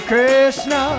Krishna